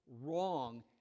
wrong